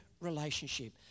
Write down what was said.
relationship